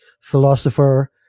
philosopher